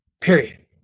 period